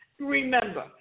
Remember